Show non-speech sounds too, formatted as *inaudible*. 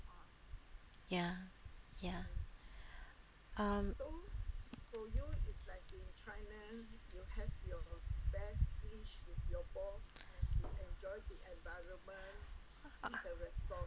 ya ya um *noise*